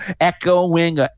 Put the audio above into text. echoing